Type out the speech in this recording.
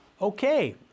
Okay